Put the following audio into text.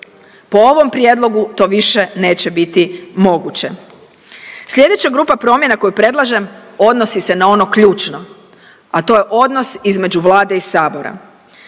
Po ovom prijedlogu to više neće biti moguće. Sljedeća grupa promjena koju predlažem odnosi se na ono ključno, a to je odnos između Vlade i Sabora.